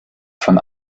von